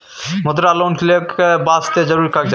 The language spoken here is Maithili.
मुद्रा लोन लेके वास्ते जरुरी कागज?